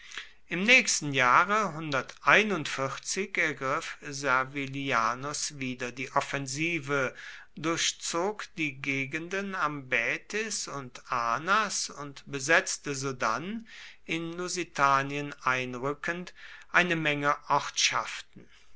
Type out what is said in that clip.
im nächsten jahre ergriff servilianus wieder die offensive durchzog die gegenden am baetis und anas und besetzte sodann in lusitanien einrückend eine menge